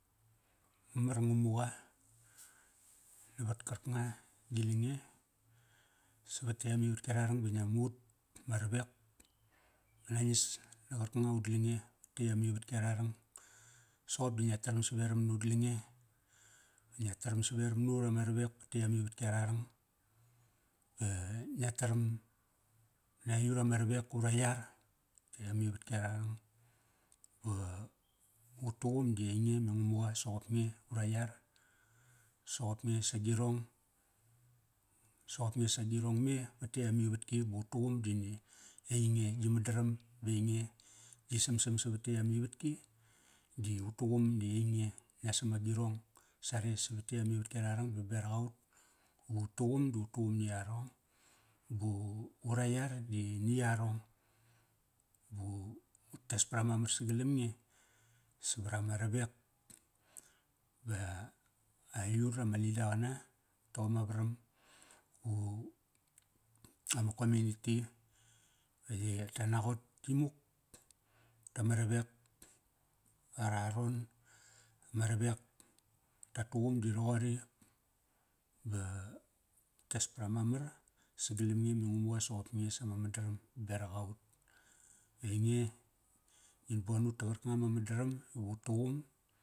Mamar Ngamuqa, navat karkanga, gi lange savat tetk amivatk ara rang ba ngia mu ut ama ravek. Ma rangis na qarkanga ut lange vat tetk amivatki ara rang. Soqop di ngia taram saveram na ut lange. Ngia taram saveram na ut ama ravek. Vat tetk amivatki ararang. Ba, ngia taram na aiyut ama ravek ura yar vat tetk amivatki ararang. Ba ut tuqum di ainge me ngamuqa soqop nge ura yar. Soqop nge ura yar. Soqop nge sa agirong. Soqop nge sa agirong me vat tetk amivatk ba tuqum di ni, ainge gi madaram ba ainge, gi samsam savat tetk amivatki di ut tuqum di ainge. Ngia sam agirong sare savat tetk amivatki ararang ba berak aut. Ba ut tuqumdi ut tuqum ni yarong. Ba, ura yar da ni yarong. Ba u utes para mamar sagalam nge, savaram ravek, va aiyut ama lida qama mat tom ma varam, vu, ama kominiti va ya, tka naqot imuk dama ravek ara aron. Ma ravek ta tuqum di roqori. Ba, tes para mamar sagalam nge me ngam uqa soqop nge sama madaram berak aut. Ba ainge, ngin bon ut ta qarkanga ma madaram ivut tuqum.